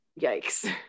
yikes